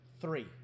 three